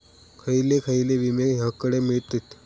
खयले खयले विमे हकडे मिळतीत?